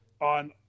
On